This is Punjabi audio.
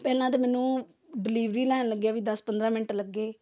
ਪਹਿਲਾਂ ਤਾਂ ਮੈਨੂੰ ਡਿਲੀਵਰੀ ਲੈਣ ਲੱਗਿਆ ਵੀ ਦਸ ਪੰਦਰਾਂ ਮਿੰਟ ਲੱਗੇ